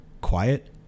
quiet